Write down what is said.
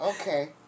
okay